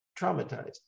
traumatized